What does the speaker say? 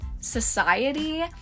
society